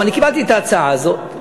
ואני קיבלתי את ההצעה הזאת,